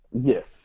Yes